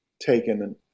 taken